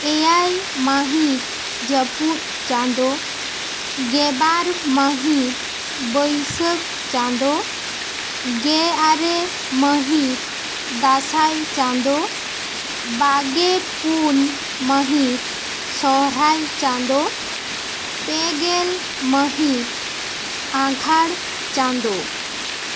ᱮᱭᱟᱭ ᱢᱟᱹᱦᱤᱛ ᱡᱟᱹᱯᱩᱫ ᱪᱟᱸᱫᱚ ᱜᱮᱵᱟᱨ ᱢᱟᱹᱦᱤᱛ ᱵᱟᱹᱭᱥᱟᱠ ᱪᱟᱸᱫᱚ ᱜᱮᱟᱨᱮ ᱢᱟᱹᱦᱤᱛ ᱫᱟᱸᱥᱟᱭ ᱪᱟᱸᱫᱚ ᱵᱟᱜᱮ ᱯᱩᱱ ᱢᱟᱹᱦᱤᱛ ᱥᱚᱦᱨᱟᱭ ᱪᱟᱸᱫᱚ ᱯᱮᱜᱮᱞ ᱢᱟᱹᱦᱤᱛ ᱟᱜᱷᱟᱬ ᱪᱟᱸᱫᱚ